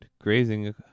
grazing